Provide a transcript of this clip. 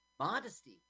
Modesty